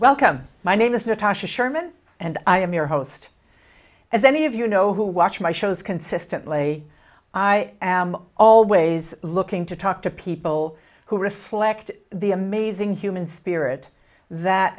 welcome my name is natasha sherman and i am your host as any of you know who watch my shows consistently i am always looking to talk to people who reflect the amazing human spirit that